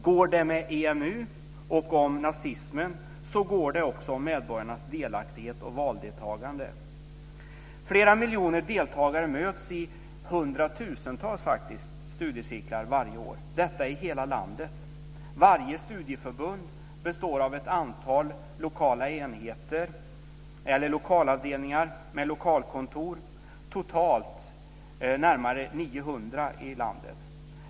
Går det att göra det när det gäller EMU och nazismen, så går det också när det gäller medborgarnas delaktighet och valdeltagande. Flera miljoner deltagare möts i hundratusentals studiecirklar varje år - detta i hela landet. Varje studieförbund består av ett antal lokala enheter eller lokalavdelningar med lokalkontor, totalt närmare 900 i landet.